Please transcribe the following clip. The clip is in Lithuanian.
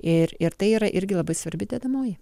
ir ir tai yra irgi labai svarbi dedamoji